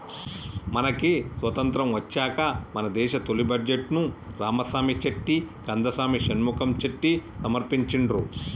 మనకి స్వతంత్రం వచ్చాక మన దేశ తొలి బడ్జెట్ను రామసామి చెట్టి కందసామి షణ్ముఖం చెట్టి సమర్పించిండ్రు